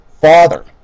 Father